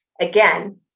again